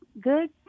good